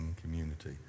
community